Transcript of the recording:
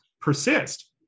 persist